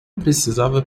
precisava